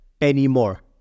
anymore